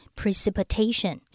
precipitation